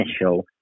initial